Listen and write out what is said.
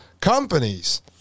companies